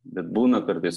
bet būna kartais